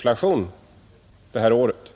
procent det här året.